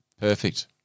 Perfect